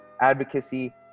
advocacy